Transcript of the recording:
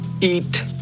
Eat